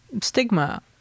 stigma